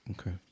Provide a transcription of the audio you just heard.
Okay